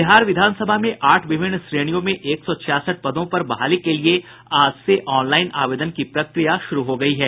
बिहार विधान सभा में आठ विभिन्न श्रेणियों में एक सौ छियासठ पदों पर बहाली के लिए आज से ऑनलाईन आवेदन की प्रक्रिया शुरू हो गयी है